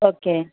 okay